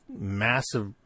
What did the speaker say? massive